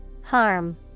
Harm